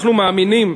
אנחנו מאמינים,